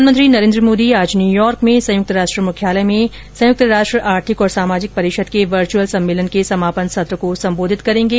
प्रधानमंत्री नरेन्द्र मोदी आज न्यूयॉर्क में संयुक्त राष्ट्र मुख्यालय में संयुक्त राष्ट्र आर्थिक और सामाजिक परिषद के वर्च्यअल सम्मेलन के समापन सत्र को संबोधित करेंगे